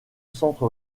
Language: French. centre